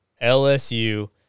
LSU